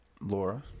Laura